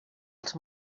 els